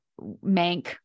Mank